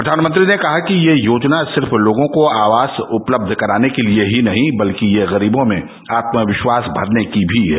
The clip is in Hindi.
प्रधानमंत्री ने कहा कि यह योजना सिर्फ लोगों को आवास उपलब्ध कराने के लिए ही नहीं है बल्कि ये गरीबों में आत्मविश्वास भरने की भी है